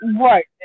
Right